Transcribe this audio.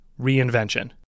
reinvention